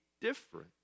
different